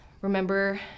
remember